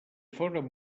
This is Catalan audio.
foren